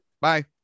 bye